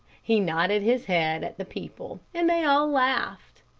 he nodded his head at the people, and they all laughed.